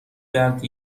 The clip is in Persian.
کرد